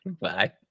Bye